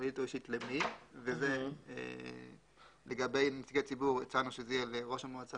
כלכלית או אישית למי ולגבי נציגי ציבור הצענו שזה יהיה לראש המועצה,